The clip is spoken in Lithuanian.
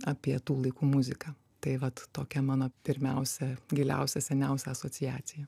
apie tų laikų muziką tai vat tokia mano pirmiausia giliausia seniausia asociacija